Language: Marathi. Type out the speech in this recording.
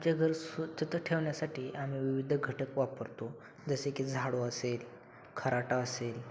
आमचं घर स्वच्छता ठेवण्यासाठी आम्ही विविध घटक वापरतो जसे की झाडू असेल खराटा असेल